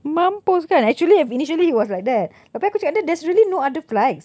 mampus kan actually initially he was like that tapi aku cakap dengan dia there's really no other flights